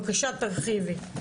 בבקשה תרחיבי.